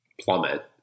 plummet